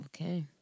Okay